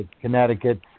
Connecticut